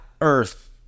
Earth